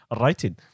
writing